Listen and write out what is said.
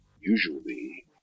usually